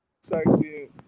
sexy